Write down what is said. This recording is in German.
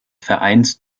vereins